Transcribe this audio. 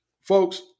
Folks